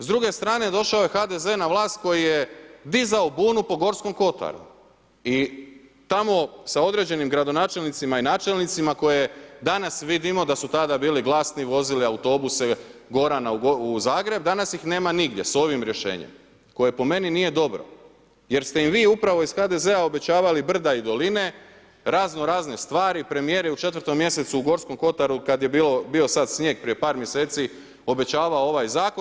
S druge strane došao je HDZ na vlast koji je dizao bunu po Gorskom Kotaru i tamo sa određenim gradonačelnicima i načelnicima koje danas vidimo da su tada bili glasni i vozili autobuse Gorana u Zagreb, danas ih nema nigdje sa ovim rješenjem koje po meni nije dobro jer ste im vi upravo iz HDZ-a obećavali brda i doline, razno razne stvari, premjer je u 4. mj. u Gorskom otaru, kada je bio sada snijeg prije par mjeseci obećavao ovaj zakon.